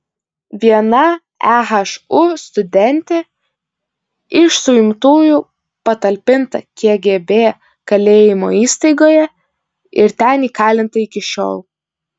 viena ehu studentė iš suimtųjų patalpinta kgb kalėjimo įstaigoje ir ten įkalinta iki šiol